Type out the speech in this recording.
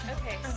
Okay